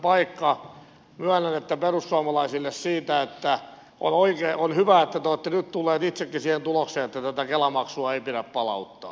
myönnän tunnustuksen perussuomalaisille siitä että on hyvä että te olette nyt tulleet itsekin siihen tulokseen että kela maksua ei pidä palauttaa